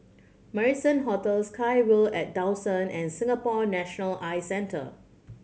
Marrison Hotel SkyVille at Dawson and Singapore National Eye Centre